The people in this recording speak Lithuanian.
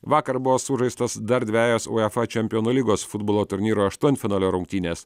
vakar buvo sužaistos dar dvejos uefa čempionų lygos futbolo turnyro aštuntfinalio rungtynės